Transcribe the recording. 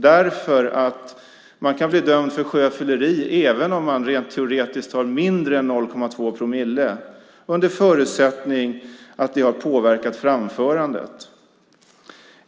Man kan nämligen bli dömd för sjöfylleri även om man har mindre än 0,2 promille under förutsättning att det har påverkat framförandet.